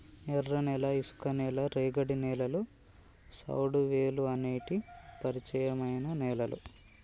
ఎర్రనేల, ఇసుక నేల, రేగడి నేలలు, సౌడువేలుఅనేటి పరిచయమైన నేలలు